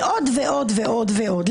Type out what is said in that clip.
ועוד ועוד ועוד ועוד.